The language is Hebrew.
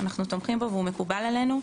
והוא מקובל עלינו.